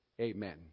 Amen